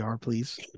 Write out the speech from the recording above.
please